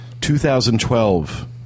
2012